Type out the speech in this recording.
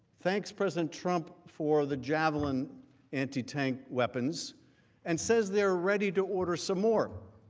thanks president trump for the javelin anti-tank weapons and says, they're ready to order so more.